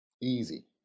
Easy